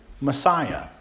Messiah